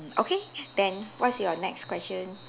mm okay then what's your next question